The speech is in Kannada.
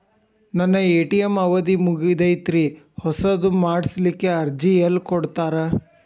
ನನ್ನ ಎ.ಟಿ.ಎಂ ಅವಧಿ ಮುಗದೈತ್ರಿ ಹೊಸದು ಮಾಡಸಲಿಕ್ಕೆ ಅರ್ಜಿ ಎಲ್ಲ ಕೊಡತಾರ?